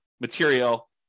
material